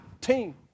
team